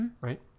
Right